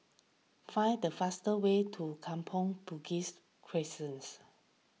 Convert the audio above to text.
find the fast way to Kampong Bugis Crescents